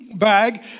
bag